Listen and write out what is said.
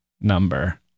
number